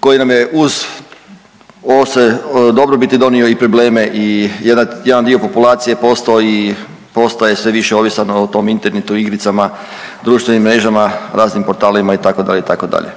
koji nam je uz ovo sve dobrobiti donio i probleme i jedan dio populacije postao i postaje sve više ovisan o tom internetu i igricama, društvenim mrežama, raznim portalima itd.,